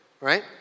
right